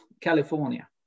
California